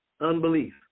unbelief